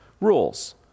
rules